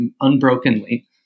unbrokenly